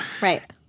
Right